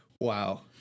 wow